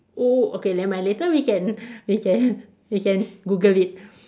oh okay never mind later we can we can we can Google it